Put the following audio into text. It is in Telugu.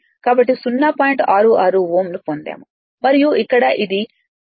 66 Ω ను పొందాము మరియు ఇక్కడ ఇది Xe1 X1 k 2 X2 ను 0